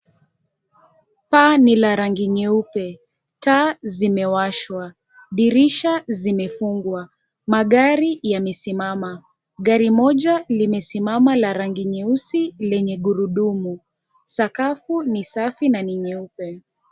Paa ni la rangi nyeupe. Taa zimewashwa. Dirisha zimefungwa. Magari yamesimama .Gari Moja limesimama la rangi nyeusi lenye gurudumu. Sakafu ni safi na ni nyeupe.